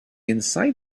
inside